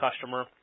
customer